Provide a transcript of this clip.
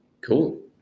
Cool